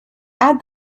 add